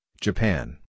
Japan